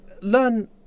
Learn